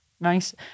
nice